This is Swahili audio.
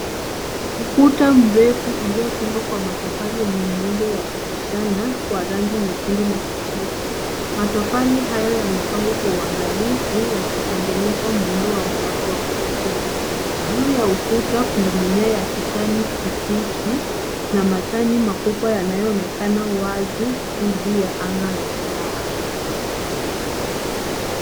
Ukuta mrefu uliojengwa kwa matofali wenye muundo wa kupishana kwa rangi nyekundu na kijivu matofali hayo yamepangwa kwa uangalifu yakitengeneza muundo wa mraba wa kuvutia juu ya ukuta kuna mimea ya kijani kibichi na majani makubwa yanayoonekana wazi dhidi ya anga la samawati.